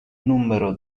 numero